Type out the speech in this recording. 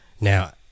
Now